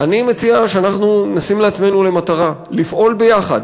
אני מציע שאנחנו נשים לעצמנו מטרה לפעול ביחד